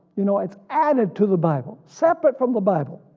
you know it's added to the bible separate from the bible.